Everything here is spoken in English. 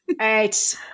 right